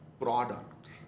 products